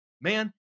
man